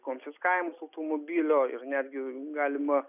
konfiskavimas automobilio ir netgi galima